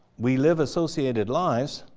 we live associated lives,